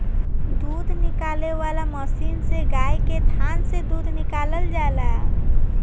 दूध निकाले वाला मशीन से गाय के थान से दूध निकालल जाला